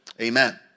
Amen